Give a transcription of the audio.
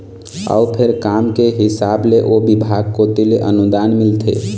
अउ फेर काम के हिसाब ले ओ बिभाग कोती ले अनुदान मिलथे